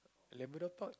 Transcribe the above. Labrador Park